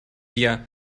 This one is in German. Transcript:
wir